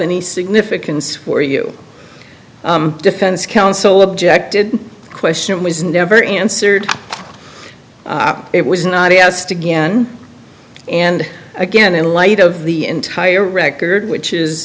any significance for you defense counsel objected question was never answered it was not he asked again and again in light of the entire record which is